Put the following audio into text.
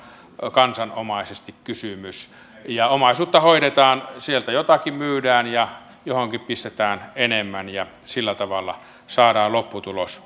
kansanomaisesti kysymys ja omaisuutta hoidetaan siten että sieltä jotakin myydään ja johonkin pistetään enemmän ja sillä tavalla saadaan lopputulos